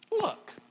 look